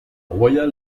royal